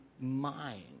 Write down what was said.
mind